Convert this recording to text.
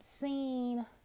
seen